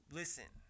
listen